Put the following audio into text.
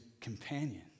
companion